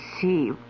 see